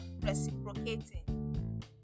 reciprocating